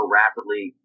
rapidly